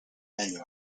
menu